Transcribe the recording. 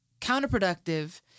counterproductive